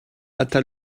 hâta